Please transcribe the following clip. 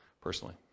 personally